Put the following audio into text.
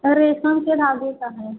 रेशम के धागे का है